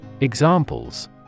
Examples